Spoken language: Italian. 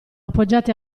appoggiati